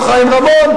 אמר לו חיים רמון: